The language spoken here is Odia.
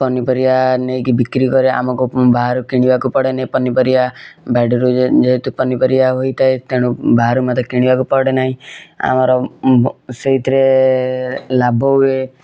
ପନିପରିବା ନେଇକି ବିକ୍ରି କରେ ଆମକୁ ବାହାରୁ କିଣିବାକୁ ପଡ଼େନି ପନିପରିବା ବାଡ଼ିରୁ ଯେ ଯେହେତୁ ପନିପରିବା ହୋଇଥାଏ ତେଣୁ ବାହାରୁ ମୋତେ କିଣିବାକୁ ପଡ଼େନାହିଁ ଆମର ସେଇଥିରେ ଲାଭ ହୁଏ